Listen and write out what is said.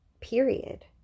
period